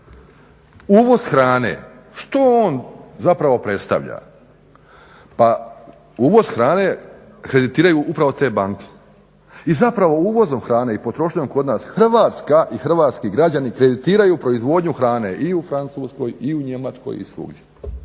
Uvoz hrane, što on zapravo predstavlja? Pa uvoz hrane kreditiraju upravo te banke i zapravo uvozom hrane i potrošnjom kod nas Hrvatska i hrvatski građani kreditiraju proizvodnju hrane i u Francuskoj i u Njemačkoj i svugdje,